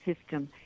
system